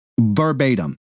verbatim